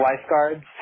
lifeguards